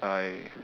I